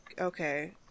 Okay